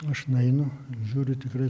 aš nueinu žiūriu tikrai